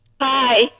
Hi